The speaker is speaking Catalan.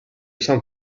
sant